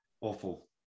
awful